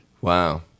Wow